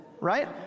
Right